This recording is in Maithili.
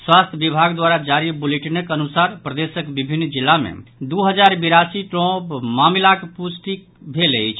स्वास्थ्य विभाग द्वारा जारी बुलेटिनक अनुसार प्रदेशक विभिन्न जिला मे दो हजार बिरासी नव मामिलाक पुष्टि भेल अछि